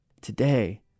Today